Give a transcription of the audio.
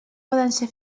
ser